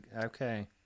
okay